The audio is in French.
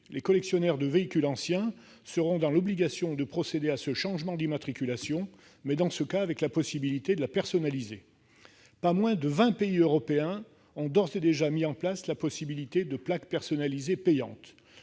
Les collectionneurs de véhicules anciens seront dans l'obligation de procéder à un changement d'immatriculation, avec dans ce cas la possibilité de la personnaliser. Pas moins de vingt pays européens ont d'ores et déjà mis en place la possibilité d'obtenir contre paiement